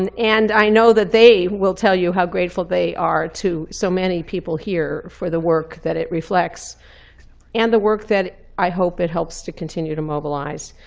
and and i know that they will tell you how grateful they are to so many people here for the work that it reflects and the work that i hope it helps to continue to mobilize.